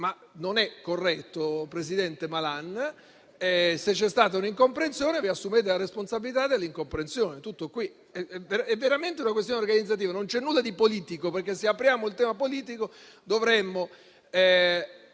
non è corretto, presidente Malan, e se c'è stata un'incomprensione, ve ne assumete la responsabilità. Tutto qui, è veramente una questione organizzativa, non c'è nulla di politico. Se apriamo il tema politico, dovremmo